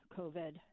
COVID